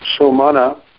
Somana